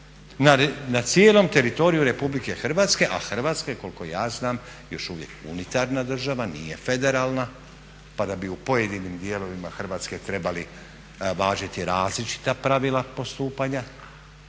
na cijelom teritoriju RH a Hrvatska je koliko ja znam još uvijek unitarna država nije federalna, pa da bi u pojedinim dijelovima Hrvatske trebali važiti različita pravila postupanja,